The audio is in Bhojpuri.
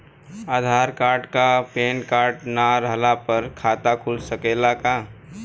आधार कार्ड आ पेन कार्ड ना रहला पर खाता खुल सकेला का?